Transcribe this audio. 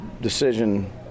decision